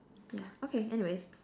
yeah okay anyways